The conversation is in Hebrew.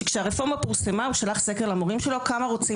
שכשהרפורמה פורסמה הוא שלח סקר למורים שלו: כמה רוצים